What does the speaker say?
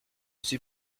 suis